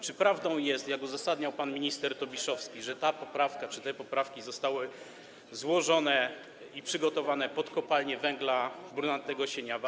Czy prawdą jest, jak uzasadniał pan minister Tobiszowski, że ta poprawka, te poprawki zostały złożone i przygotowane pod Kopalnię Węgla Brunatnego Sieniawa?